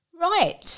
right